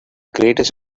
greatest